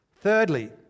Thirdly